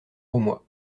roumois